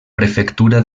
prefectura